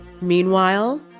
Meanwhile